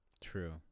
true